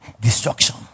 destruction